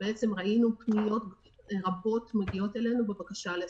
ראינו פניות רבות מגיעות אלינו בבקשה לסיוע.